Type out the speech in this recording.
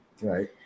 Right